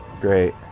Great